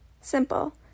Simple